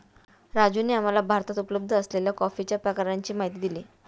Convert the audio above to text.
राजूने आम्हाला भारतात उपलब्ध असलेल्या कॉफीच्या प्रकारांची माहिती दिली